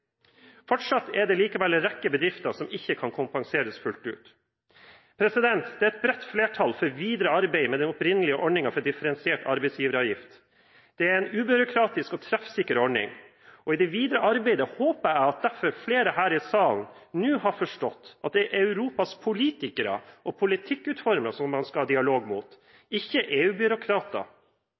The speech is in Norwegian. Fortsatt er det likevel en rekke bedrifter som ikke kan kompenseres fullt ut. Det er et bredt flertall for videre arbeid med den opprinnelige ordningen for differensiert arbeidsgiveravgift. Det er en ubyråkratisk og treffsikker ordning, og i det videre arbeidet håper jeg derfor at flere her i salen nå har forstått at det er Europas politikere og politikkutformere som man skal ha dialog med, ikke